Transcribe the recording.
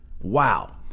Wow